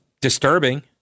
disturbing